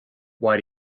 why